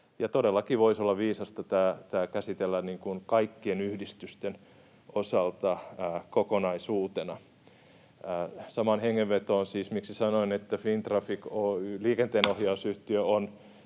todellakin voisi olla viisasta tämä käsitellä kaikkien yhdistysten osalta kokonaisuutena. Samaan hengenvetoon: syy, miksi sanoin, että Liikenteenohjausyhtiö